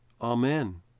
amen